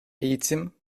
eğitim